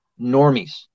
normies